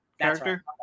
character